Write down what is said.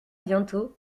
bientôt